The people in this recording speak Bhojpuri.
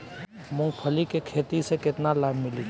मूँगफली के खेती से केतना लाभ मिली?